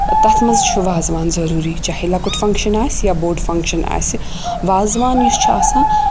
تَتھ منٛز چھُ وازوان ضروٗری چاہے لۄکُٹ فنٛگشَن آسہِ یا بوٚڑ فَنٛگشَن آسہِ وازوان یُس چھُ آسان